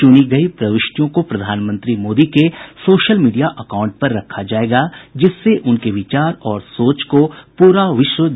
चुनी गई प्रविष्टियों को प्रधानमंत्री मोदी के सोशल मीडिया अकाउंट पर रखा जाएगा जिससे उनके विचार और सोच को विश्व जान सके